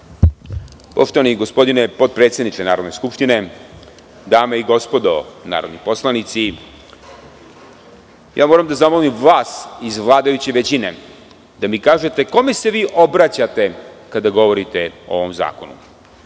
Poštovani gospodine potpredsedniče Narodne skupštine, dame i gospodo narodni poslanici, moram da zamolim vas iz vladajuće većine da mi kažete kome se vi obraćate kada govorite o ovom zakonu?